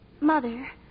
Mother